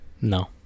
No